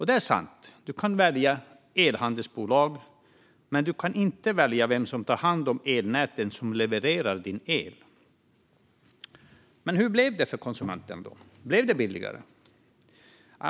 Det är sant att du kan välja elhandelsbolag, men du kan inte välja vem som har hand om elnäten som levererar din el. Hur blev det då för konsumenterna? Blev det billigare?